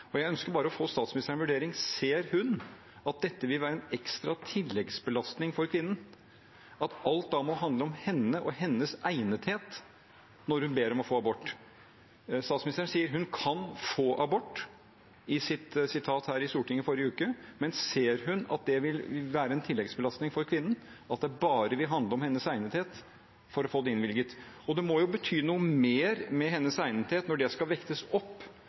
Jeg ønsker bare å få statsministerens vurdering: Ser hun at dette vil være en ekstra tilleggsbelastning for kvinnen, at alt da må handle om henne og hennes egnethet når hun ber om å få abort? Statsministeren sier hun kan få abort – jeg viser til det hun sa her i Stortinget forrige uke – men ser hun at det vil være en tilleggsbelastning for kvinnen at det bare vil handle om hennes egnethet for å få det innvilget? Det må jo bety noe mer når hennes egnethet når det skal vektes opp